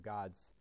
God's